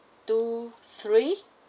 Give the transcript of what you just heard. two three